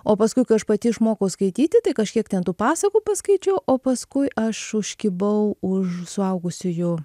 o paskui kai aš pati išmokau skaityti tai kažkiek ten tų pasakų paskaičiau o paskui aš užkibau už suaugusiųjų